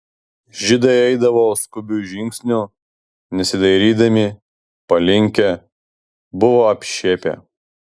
žydai eidavo skubiu žingsniu nesidairydami palinkę buvo apšepę